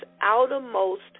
outermost